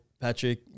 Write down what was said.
Patrick